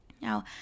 Now